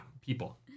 people